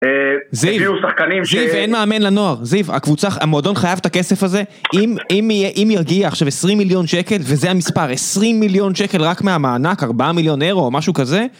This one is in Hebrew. זיו, זיו אין מאמן לנוער, זיו הקבוצה, המועדון חייב את הכסף הזה אם יגיע עכשיו עשרים מיליון שקל וזה המספר עשרים מיליון שקל רק מהמענק ארבעה מיליון אירו או משהו כזה